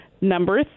Number